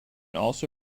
also